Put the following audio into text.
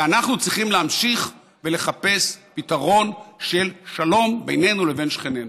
ואנחנו צריכים להמשיך ולחפש פתרון של שלום בינינו לבין שכנינו.